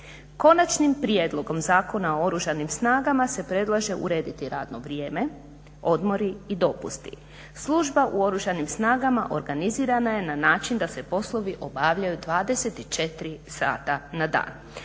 Konačnim prijedlogom zakona o Oružanim snagama se predlaže urediti radno vrijeme, odmori i dopusti. Služba u Oružanim snagama organizirana je na način da se poslovi obavljaju 24 sata na dan.